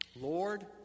Lord